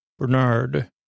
Bernard